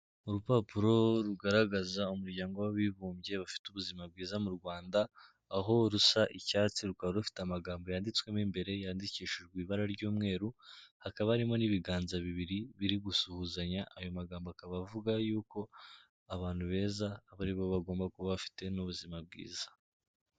Urupapuro rugaragaza umuryango w'abibumbye bafite ubuzima bwiza mu Rwanda aho rusa icyatsi rukaba rufite amagambo yanditswemo imbere yandikishijwe ibara ry'umweru, hakaba arimo n'ibiganza bibiri biri gusuhuzanya ayo magambo akaba avuga yuko abantu beza aba aribo bagomba kuba bafite n'ubuzima bwiza.